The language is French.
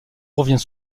revient